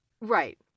right